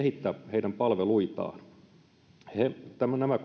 heidän palveluitaan päätettiin kehittää nämä